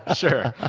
ah sure. ah